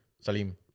Salim